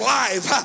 life